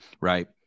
right